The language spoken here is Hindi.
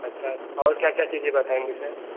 अच्छा और क्या क्या चीज़ें बताएँगे सर